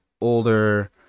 older